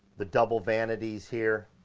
the double vanity's here,